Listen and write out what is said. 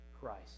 Christ